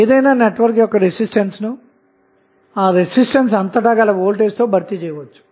సరళీకృతం చేస్తేva8Vలభిస్తుంది